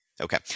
Okay